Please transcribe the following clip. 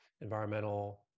environmental